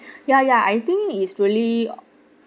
ya ya I think it's really